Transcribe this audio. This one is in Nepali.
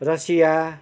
रसिया